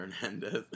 Hernandez